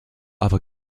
other